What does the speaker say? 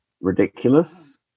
ridiculous